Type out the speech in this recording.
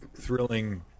thrilling